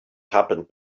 happened